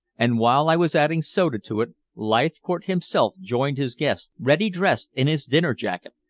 and while i was adding soda to it leithcourt himself joined his guests, ready dressed in his dinner jacket,